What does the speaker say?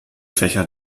fächer